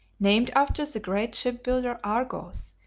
named after the great shipbuilder argos,